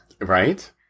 Right